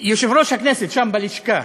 יושב-ראש הכנסת, שם בלשכה,